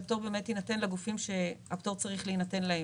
יינתן לגופים שהפטור צריך להינתן להם.